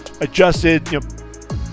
adjusted